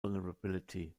vulnerability